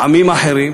עמים אחרים,